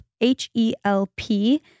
h-e-l-p